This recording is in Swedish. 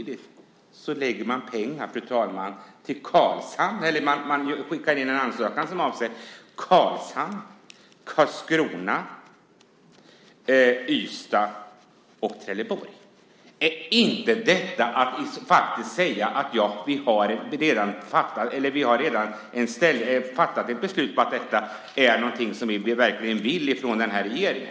Samtidigt, fru talman, skickar man in en ansökan som avser Karlshamn, Karlskrona, Ystad och Trelleborg. Är inte detta att faktiskt säga att man redan har fattat ett beslut om att detta är någonting som den här regeringen verkligen vill?